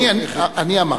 מי שהופך את, אני אמרתי.